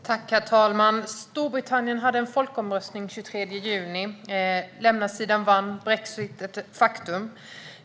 Herr talman! Storbritannien hade en folkomröstning den 23 juni. Lämnasidan vann, och Brexit blev ett faktum.